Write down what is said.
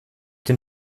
den